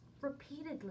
repeatedly